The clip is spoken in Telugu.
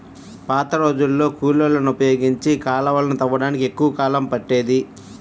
పాతరోజుల్లో కూలోళ్ళని ఉపయోగించి కాలవలని తవ్వడానికి ఎక్కువ కాలం పట్టేది